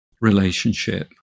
relationship